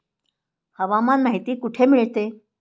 हवामान माहिती कुठे मिळते?